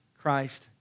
Christ